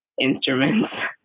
instruments